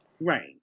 Right